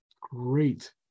great